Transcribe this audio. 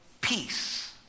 peace